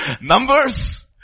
Numbers